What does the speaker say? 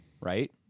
right